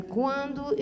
quando